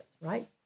right